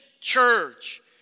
church